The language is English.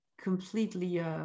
completely